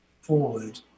forward